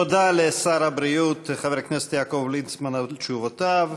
תודה לשר הבריאות חבר הכנסת יעקב ליצמן על תשובותיו.